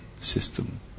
system